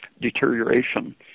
deterioration